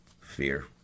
Fear